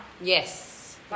Yes